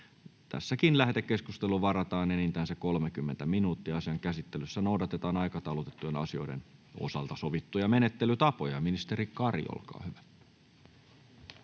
Lähetekeskusteluun varataan enintään 30 minuuttia. Asian käsittelyssä noudatetaan aikataulutettujen asioiden osalta sovittuja menettelytapoja. — Ministeri Saarikko, olkaa hyvä.